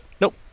Nope